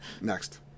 Next